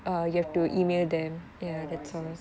oh oh I see I see